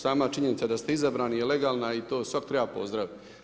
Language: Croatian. Sama činjenica da ste izabrani je legalna i to svatko treba pozdraviti.